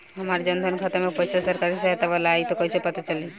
हमार जन धन खाता मे पईसा सरकारी सहायता वाला आई त कइसे पता लागी?